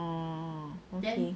orh okay